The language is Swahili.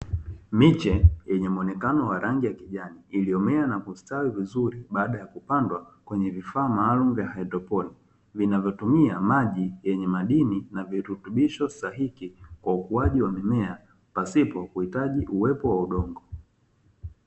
Miche yenye muonekano wa rangi ya kijani, iliyomea na kustawi vizuri baada ya kupandwa kwenye vifaa maalumu vya haidroponi, vinavyotumia maji yenye madini na virutubisho stahiki kwa ukuaji wa mimea pasipo kuhitaji uwepo wa udongo.